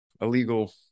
illegal